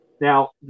Now